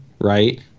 right